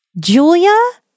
Julia